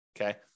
okay